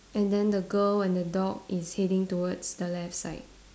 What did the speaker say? and then the girl and the dog is heading towards the left side